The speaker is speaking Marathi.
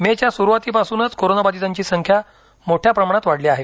मेच्या सुरूवातीपासून करोनाबाधितांची संख्या मोठ्या प्रमाणात वाढली आहे